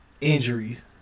injuries